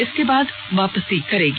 इसके बाद वापसी करेगी